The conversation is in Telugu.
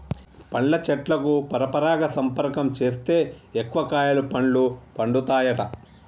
పండ్ల చెట్లకు పరపరాగ సంపర్కం చేస్తే ఎక్కువ కాయలు పండ్లు పండుతాయట